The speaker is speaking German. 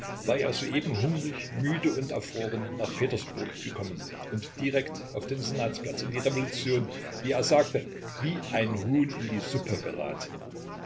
war er soeben hungrig müde und erfroren nach petersburg gekommen und direkt auf den senatsplatz in die revolution wie er sagte wie ein huhn in die suppe geraten